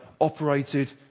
operated